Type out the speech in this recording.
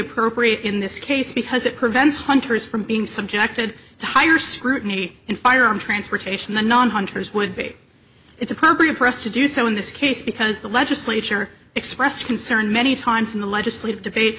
appropriate in this case because it prevents hunters from being subjected to higher scrutiny in firearm transportation the non hunters when it's appropriate for us to do so in this case because the legislature expressed concern many times in the legislative debate